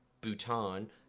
Bhutan